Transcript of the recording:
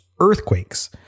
earthquakes